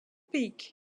peak